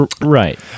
Right